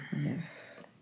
Yes